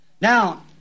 Now